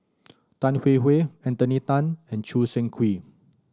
Tan Hwee Hwee Anthony Then and Choo Seng Quee